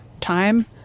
time